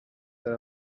that